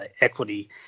equity